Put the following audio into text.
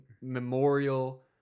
memorial